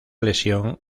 lesión